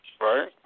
Right